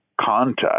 contact